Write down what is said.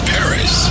Paris